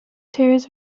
tears